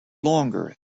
longer